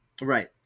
Right